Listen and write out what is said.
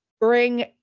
bring